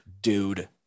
dude